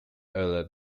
earlier